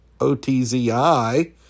O-T-Z-I